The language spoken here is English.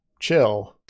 Chill